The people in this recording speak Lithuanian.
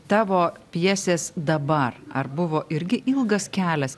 tavo pjesės dabar ar buvo irgi ilgas kelias